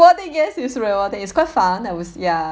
yes it's rewarding it's quite fun I was ya